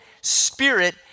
spirit